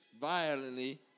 violently